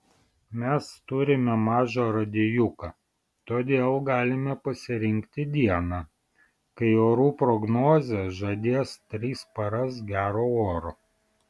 mes turime mažą radijuką todėl galime pasirinkti dieną kai orų prognozė žadės tris paras gero oro